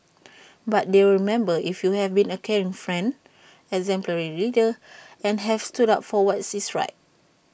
but they'll remember if you have been A caring friend exemplary leader and have stood up for what is right